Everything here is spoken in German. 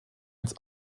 ins